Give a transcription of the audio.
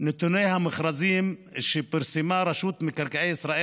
נתוני המכרזים שפרסמה רשות מקרקעי ישראל